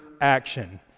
action